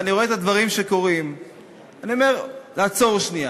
ואני רואה את הדברים שקורים ואני אומר: לעצור שנייה.